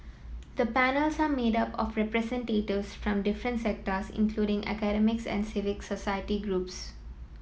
the panels are made up of from different sectors including academics and civic society groups